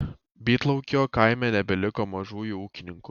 bytlaukio kaime nebeliko mažųjų ūkininkų